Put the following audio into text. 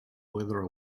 wither